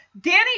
Danny